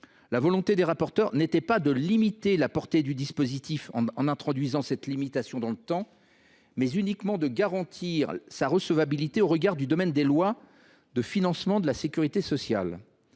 La volonté des rapporteurs était non pas de réduire la portée du dispositif en introduisant cette limitation de temps, mais uniquement de garantir sa recevabilité au regard du domaine des lois de financement de la sécurité sociale.